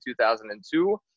2002